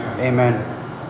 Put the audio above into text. Amen